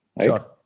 Sure